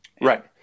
right